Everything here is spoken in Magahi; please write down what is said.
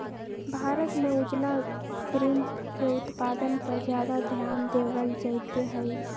भारत में उजला श्रिम्फ के उत्पादन पर ज्यादा ध्यान देवल जयते हई